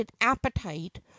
appetite